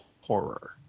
horror